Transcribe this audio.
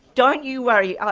don't you worry,